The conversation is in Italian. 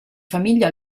famiglia